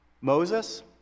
Moses